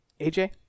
AJ